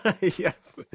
Yes